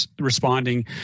responding